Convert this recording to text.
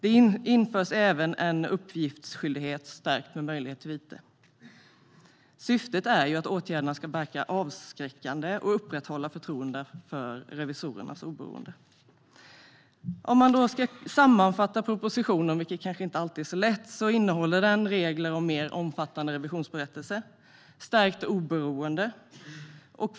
Det införs även en uppgiftsskyldighet, stärkt med möjlighet till vite. Syftet är att åtgärderna ska verka avskräckande och upprätthålla förtroendet för revisorernas oberoende. Om jag ska sammanfatta propositionen, vilket kanske inte alltid är så lätt, innehåller den regler om mer omfattande revisionsberättelser och stärkt oberoende.